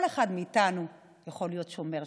כל אחד מאיתנו יכול להיות שומר שכזה.